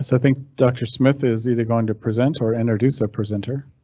so think dr smith is either going to present or introduce a presenter.